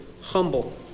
humble